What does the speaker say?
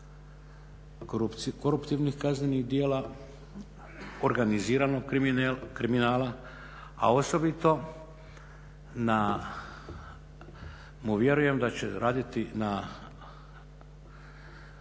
za progon koruptivnih kaznenih djela, organiziranog kriminala, a osobito mu vjerujem da će raditi na